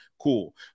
Cool